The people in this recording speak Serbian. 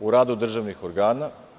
u radu državnih organa.